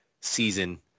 season